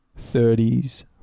30s